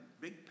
big